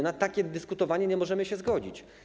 Na takie dyskutowanie nie możemy się zgodzić.